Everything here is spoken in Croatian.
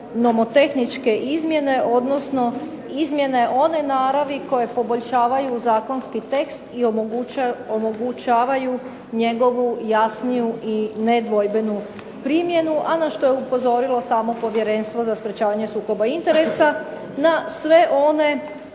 nomotehničke izmjene, odnosno izmjene one naravi koje poboljšavaju zakonski tekst i omogućavaju njegovu jasniju i nedvojbenu primjenu, a na što je upozorilo samo Povjerenstvo za sprječavanje sukoba interesa, na sve one